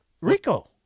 Rico